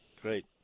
Great